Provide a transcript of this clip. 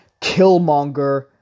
Killmonger